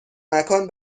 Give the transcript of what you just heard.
مکان